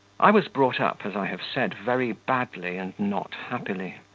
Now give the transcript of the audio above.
i was brought up, as i have said, very badly and not happily.